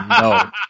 No